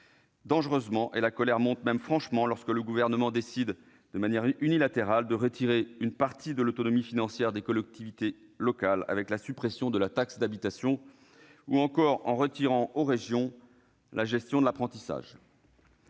et la colère monte même franchement lorsque le Gouvernement décide de manière unilatérale de retirer une partie de l'autonomie financière des collectivités locales en supprimant la taxe d'habitation ... Eh oui !... ou encore en retirant la gestion de l'apprentissage